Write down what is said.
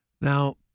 Now